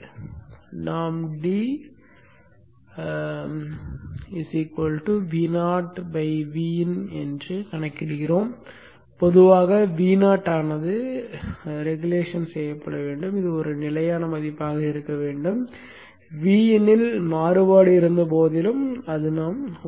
எனவே நாம் d Vo Vin ஐக் கணக்கிடுகிறோம் பொதுவாக Vo ஆனது ஒழுங்குபடுத்தப்பட வேண்டும் அது ஒரு நிலையான மதிப்பாக இருக்க வேண்டும் Vin இல் மாறுபாடு இருந்தபோதிலும் அது